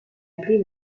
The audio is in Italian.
aprì